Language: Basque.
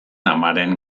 amaren